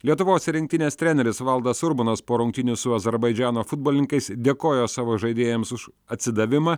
lietuvos rinktinės treneris valdas urbonas po rungtynių su azerbaidžano futbolininkais dėkojo savo žaidėjams už atsidavimą